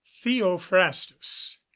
theophrastus